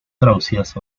traducidas